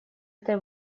этой